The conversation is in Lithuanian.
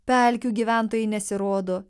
pelkių gyventojai nesirodo